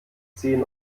zehn